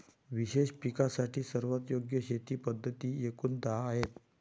विशेष पिकांसाठी सर्वात योग्य शेती पद्धती एकूण दहा आहेत